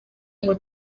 ngo